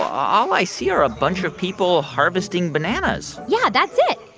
all i see are a bunch of people harvesting bananas yeah, that's it.